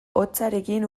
hotzarekin